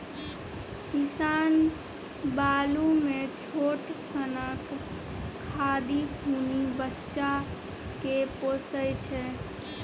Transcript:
किसान बालु मे छोट सनक खाधि खुनि बच्चा केँ पोसय छै